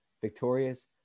victorious